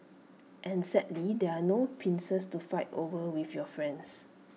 and sadly there are no pincers to fight over with your friends